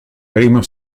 primo